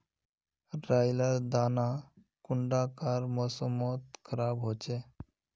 राई लार दाना कुंडा कार मौसम मोत खराब होचए?